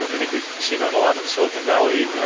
i think we've seen that a lot in silicon valley,